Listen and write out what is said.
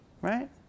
right